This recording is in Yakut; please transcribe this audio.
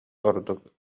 ордук